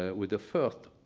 ah with the first,